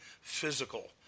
physical